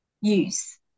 use